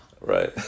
Right